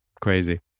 crazy